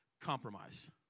Compromise